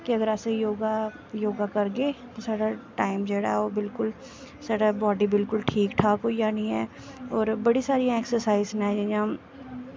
अगर अस योगा करगे ते साढ़ा टाईम जेह्ड़ा ऐ ओह् बिल्कुल साढ़ी बॉड्डी बिल्कुल ठीक ठाक होई जानी ऐ होर बड़ी सारियां ऐक्सर्साईज़ न जि'यां